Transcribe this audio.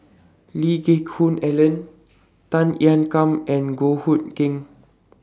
Lee Geck Hoon Ellen Tan Ean Kiam and Goh Hood Keng